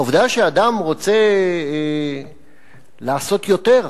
העובדה שאדם רוצה לעשות יותר,